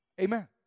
Amen